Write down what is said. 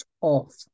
off